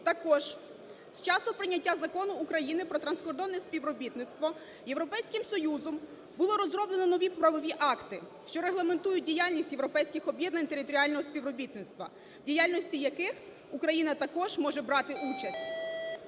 Також з часу прийняття Закону України "Про транскордонне співробітництво" Європейським Союзом було розроблено нові правові акти, що регламентують діяльність європейських об'єднань територіального співробітництва, в діяльності яких Україна також може брати участь.